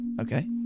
Okay